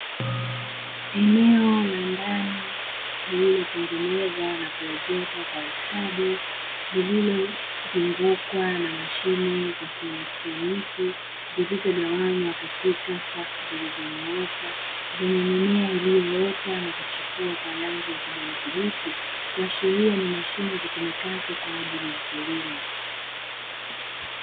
Eneo la ndani lililotengenezwa na kuezekwa kwa ustadi lililozungukwa na mashine za kielektroniki zilizogawanywa katika safu zilizonyooka. zenye mimea iliyoota na kuchipua kwa rangi ya kijani kibichi kuashiria ni mashine zitumikazo kwa ajili ya kilimo.